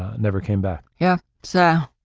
never came back. yeah. so,